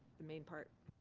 the main part.